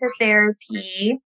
therapy